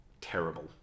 terrible